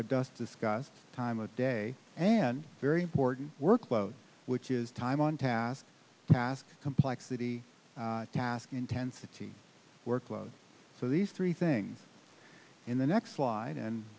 i dust discussed time of day and very important work load which is time on task past complexity task intensity workload so these three things in the next slide and